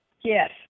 Yes